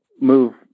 move